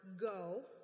go